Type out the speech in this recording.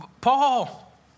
Paul